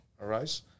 Arise